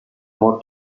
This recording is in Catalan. mort